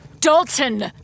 Dalton